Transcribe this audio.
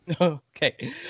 Okay